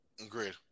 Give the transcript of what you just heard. Agreed